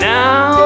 now